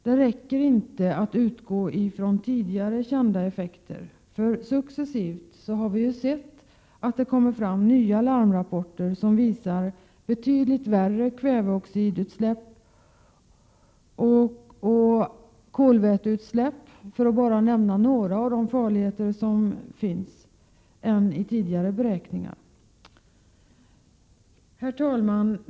Det räcker inte att utgå från tidigare kända effekter, för successivt har vi ju sett att det kommer fram nya larmrapporter som visar betydligt värre kväveoxidutsläpp och kolväteutsläpp — för att bara nämna några av de farligheter som finns — än enligt tidigare beräkningar. Herr talman!